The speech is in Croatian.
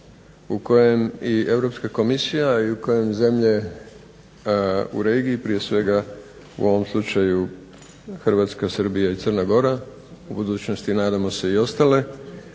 u kojem i Europska Komisija i u kojem zemlje u regiji, prije svega u ovom slučaju Hrvatska, Srbija i Crna Gora, u budućnosti nadamo se i ostale,